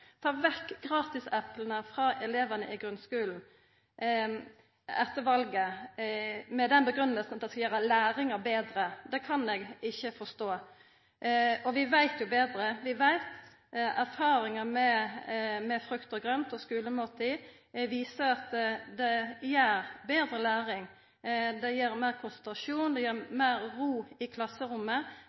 ta vekk gratisepla frå elevane i grunnskulen etter valet, med den grunngivinga at det skal gjera læringa betre, kan eg ikkje forstå. Vi veit betre. Erfaringane med frukt og grønt og skulemåltid viser at det gir betre læring. Det gir meir konsentrasjon, det gir meir ro i klasserommet,